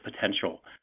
potential